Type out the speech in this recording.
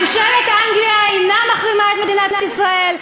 ממשלת אנגליה אינה מחרימה את מדינת ישראל,